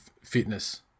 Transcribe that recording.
fitness